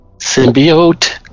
symbiote